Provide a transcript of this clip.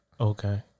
Okay